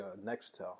Nextel